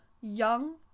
young